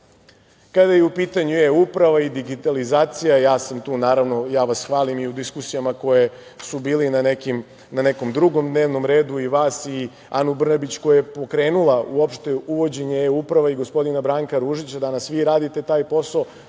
je u pitanju eUprava i digitalizacija, ja vas hvalim i u diskusijama koje su bile na nekom drugom dnevnom redu i vas i Anu Brnabić, koja je pokrenula uopšte uvođenje eUprave i gospodina Branka Ružića, a danas vi radite taj posao.